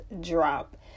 drop